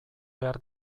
behar